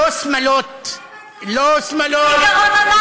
ולא שמת את התמונה של הכותל?